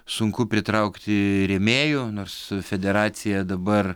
sunku pritraukti rėmėjų nors federacija dabar